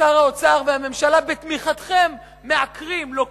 שר האוצר והממשלה, בתמיכתכם, מעקרים, לוקחים,